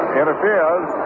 interferes